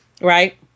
right